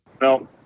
No